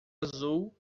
azul